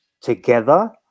together